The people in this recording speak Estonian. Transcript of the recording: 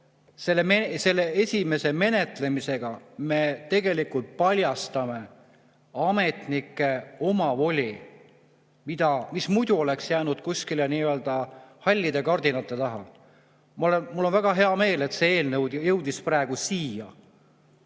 esimesel lugemisel me tegelikult paljastame ametnike omavoli, mis muidu oleks jäänud kuskile nii-öelda hallide kardinate taha. Mul on väga hea meel, et see eelnõu jõudis praegu siia